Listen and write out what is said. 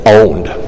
owned